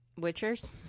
Witchers